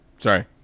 Sorry